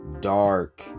dark